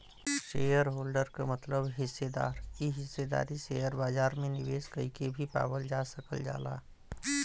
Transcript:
shareholder क मतलब हिस्सेदार इ हिस्सेदारी शेयर बाजार में निवेश कइके भी पावल जा सकल जाला